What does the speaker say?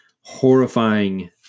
horrifying